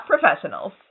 professionals